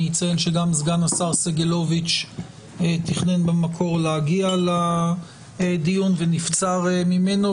אני אציין שגם סגן השר סגלוביץ' תכנן במקור להגיע לדיון ונבצר ממנו.